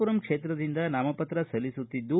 ಪುರಂ ಕ್ಷೇತ್ರದಿಂದ ನಾಮಪತ್ರ ಸಲ್ಲಿಸುತ್ತಿದ್ದು